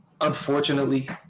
unfortunately